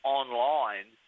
online